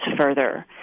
further